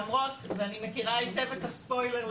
למרות ואני מכירה היטב את הספוילר,